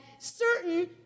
certain